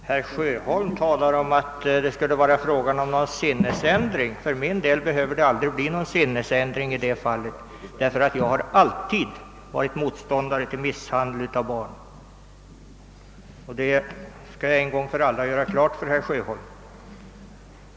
Herr talman! Herr Sjöholm antyder en sinnesändring hos mig. Någon sådan behöver aldrig bli aktuell i detta avseende, ty jag har alltid varit motståndare till misshandel av barn; det vill jag en gång för alla göra klart för herr Sjöholm.